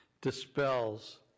dispels